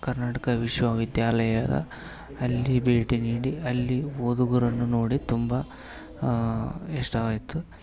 ಕರ್ನಾಟಕ ವಿಶ್ವವಿದ್ಯಾಲಯದ ಅಲ್ಲಿ ಭೇಟಿ ನೀಡಿ ಅಲ್ಲಿ ಓದುಗರನ್ನು ನೋಡಿ ತುಂಬ ಇಷ್ಟವಾಯಿತು